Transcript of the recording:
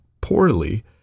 poorly